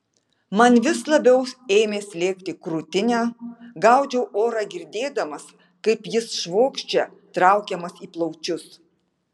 man vis labiau ėmė slėgti krūtinę gaudžiau orą girdėdamas kaip jis švokščia traukiamas į plaučius